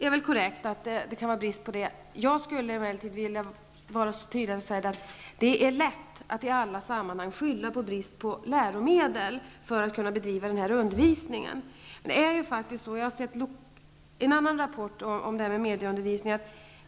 Det är korrekt att det kan råda brist på läromedel. Det är emellertid lätt att i alla sammanhang skylla på att det är bristen på läromedel som gör att man inte kan bedriva den här undervisningen. Jag har tagit del av en annan rapport om medieundervisningen.